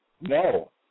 No